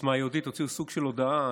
ועוצמה יהודית הוציאו סוג של הודעה,